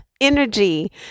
energy